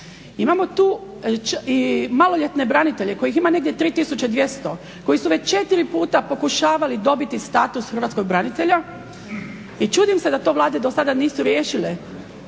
Imamo tu i maloljetne branitelje kojih ima negdje 3200 koji su već četiri puta pokušavali dobiti status hrvatskog branitelja i čudim se da to vlade do sada nisu riješile